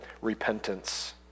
repentance